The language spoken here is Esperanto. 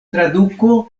traduko